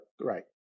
right